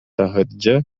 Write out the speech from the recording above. таһырдьа